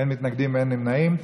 אין מתנגדים, אין נמנעים.